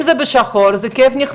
אם זה בשחור זה נחמד,